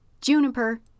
Juniper